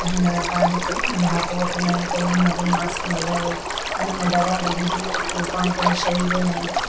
त हिन में पाण हिकु भांप वठंदा आहियूं पंहिंजे मुंहं ते मास्क लॻाए उन में दवा विझी हुन जे थ्रू पाण पंहिंजे शरीर में